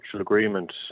agreement